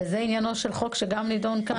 וזה עניינו של חוק שגם נידון כאן,